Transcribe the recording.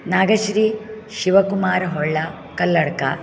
Nagashri Shivakumar Hollakalladka